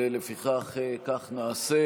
ולפיכך כך נעשה.